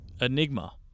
Enigma